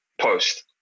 post